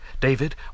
David